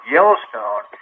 Yellowstone